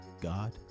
God